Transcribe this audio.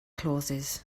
clauses